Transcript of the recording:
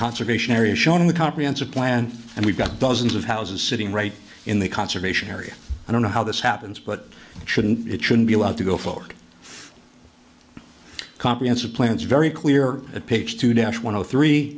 conservation area shown in the comprehensive plan and we've got dozens of houses sitting right in the conservation area i don't know how this happens but it shouldn't it shouldn't be allowed to go forward comprehensive plans are very clear